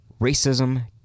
racism